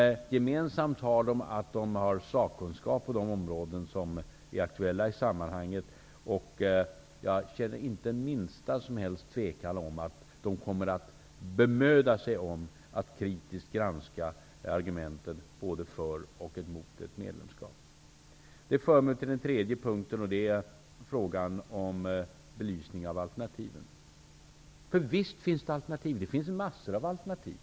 Gemensamt för dem är att de har sakkunskap på de områden som är aktuella i sammanhanget. Jag tvivlar inte på att de kommer att bemöda sig om att kritiskt granska argumenten både för och emot ett medlemskap. Det för mig till den tredje punkten. Det är frågan om belysningen av alternativen. Visst finns det alternativ. Det finns massor av alternativ.